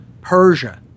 Persia